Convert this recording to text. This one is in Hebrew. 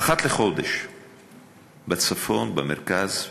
אחת לחודש בצפון, במרכז,